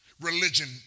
Religion